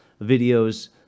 videos